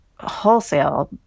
wholesale